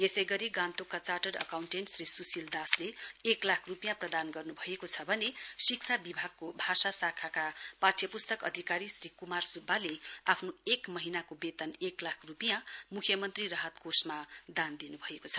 यसै गरी गान्तोकका चाटर्ड एकाउण्टेण्ट श्री सुशिल दासले एक लाख रूपिया प्रदान गर्न् भएको छ भने शिक्षा विभागको भाषा शाखाका पाठ्यपुस्तक अधिकारी श्री क्मार सुब्बाले आफ्नो एक महीनाको वेतन एक लाख रूपियाँ मुख्यमन्त्री राहत कोषमा दान दिन् भएको छ